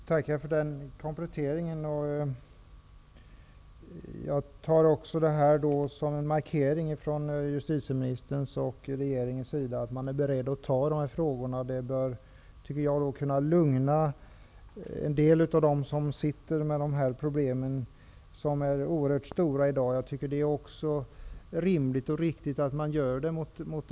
Herr talman! Jag tackar för den kompletteringen. Jag tar detta som en markering från justitieministerns och regeringens sida av att man är beredd att ta sig an de här frågorna. Det bör enligt min uppfattning kunna lugna en del av dem som i dag har oerhört stora problem av det här slaget. Det är också rimligt och riktigt att man tar upp de här frågorna.